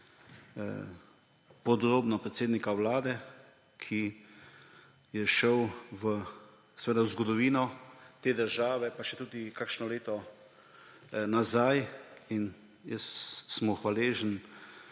podrobno predsednika Vlade, ki je šel v zgodovino te države pa še tudi kakšno leto nazaj. Jaz sem mu hvaležen,